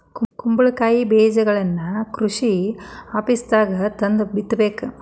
ಕುಂಬಳಕಾಯಿ ಬೇಜಗಳನ್ನಾ ಕೃಷಿ ಆಪೇಸ್ದಾಗ ತಂದ ಬಿತ್ತಬೇಕ